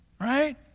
right